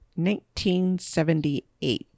1978